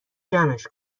جمعش